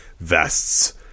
vests